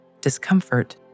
discomfort